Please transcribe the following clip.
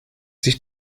sich